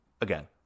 Again